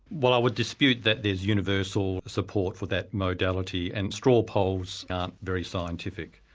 well i would dispute that there's universal support for that modality and straw polls aren't very scientific.